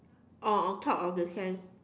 or on top of the sand